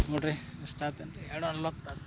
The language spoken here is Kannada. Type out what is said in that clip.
ನೋಡ್ರಿ ಅಷ್ಟಾತ್ ಅಂತ ಹೇಳೋ